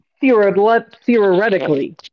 theoretically